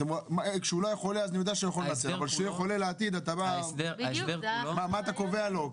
כשהוא לא היה חולה --- אבל כשהוא חולה בעתיד מה אתה קובע לו,